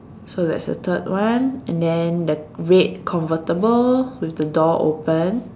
so that's the third one and then the red convertible with the door open